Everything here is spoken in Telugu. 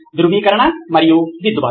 ధృవీకరణ మరియు దిద్దుబాటు